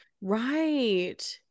Right